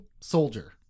soldier